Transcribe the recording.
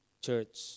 church